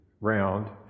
round